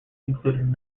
included